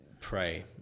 pray